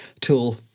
tool